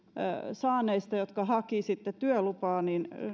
saaneista jotka hakivat sitten työlupaa